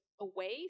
away